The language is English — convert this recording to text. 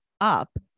up